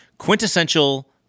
Quintessential